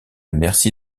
merci